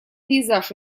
пейзаж